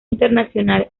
internacional